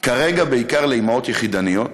כרגע בעיקר לאימהות יחידניות